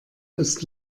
ist